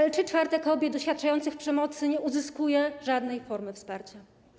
Jednak 3/4 kobiet doświadczających przemocy nie uzyskuje żadnej formy wsparcia.